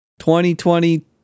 2020